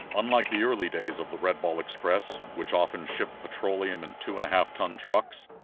unlike the early days of the red ball express which often shipped petroleum in two-and-half-ton trucks,